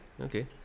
okay